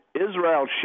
Israel